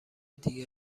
دیگه